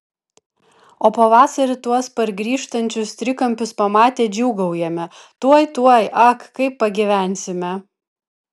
o pavasarį tuos pargrįžtančius trikampius pamatę džiūgaujame tuoj tuoj ak kaip pagyvensime